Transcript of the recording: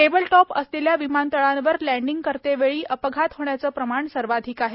tabletop असलेल्या विमानतळावर landing करतेवेळी अपघात होण्याचं प्रमाण सर्वाधिक आहे